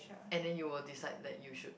and then you will decide that you should